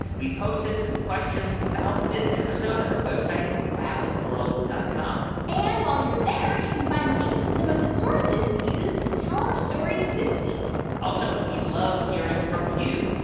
we've posted some questions about this episode at our website, wowintheworld dot com and while you're there, you can find links to some of the sources we used to tell our stories this week also we love hearing from you.